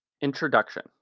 Introduction